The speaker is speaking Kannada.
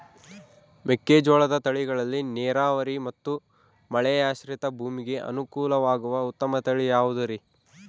ಮೆಕ್ಕೆಜೋಳದ ತಳಿಗಳಲ್ಲಿ ನೇರಾವರಿ ಮತ್ತು ಮಳೆಯಾಶ್ರಿತ ಭೂಮಿಗೆ ಅನುಕೂಲವಾಗುವ ಉತ್ತಮ ತಳಿ ಯಾವುದುರಿ?